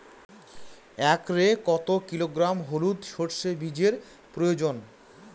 একরে কত কিলোগ্রাম হলুদ সরষে বীজের প্রয়োজন?